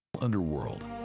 underworld